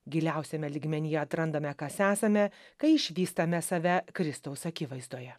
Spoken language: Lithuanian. giliausiame lygmenyje atrandame kas esame kai išvystame save kristaus akivaizdoje